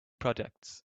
products